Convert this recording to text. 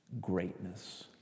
greatness